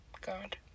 God